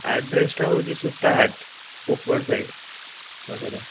ଆଡ୍ରେସ୍ଟା ହେଉଛି ସୂତାହାଟ୍ ଉପର ସାହି